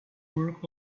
work